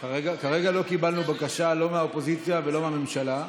כרגע לא קיבלנו בקשה, לא מהאופוזיציה ולא מהממשלה.